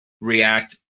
react